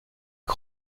des